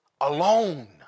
alone